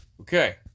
Okay